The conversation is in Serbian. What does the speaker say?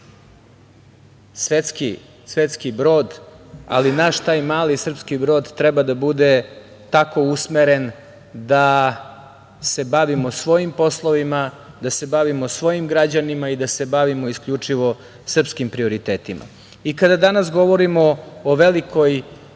svetski brod, ali naš taj mali srpski brod treba da bude tako usmeren da se bavimo svojim poslovima, da se bavimo svojim građanima i da se bavimo isključivo srpskim prioritetima. Kada danas govorimo o velikim